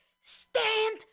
stand